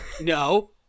No